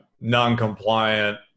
non-compliant